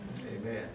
Amen